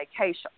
vacation